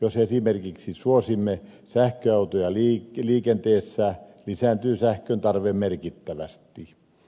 jos esimerkiksi suosimme sähköautoja liikenteessä lisääntyy sähkön tarve merkittävästi